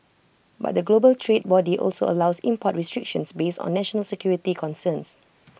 but the global trade body also allows import restrictions based on national security concerns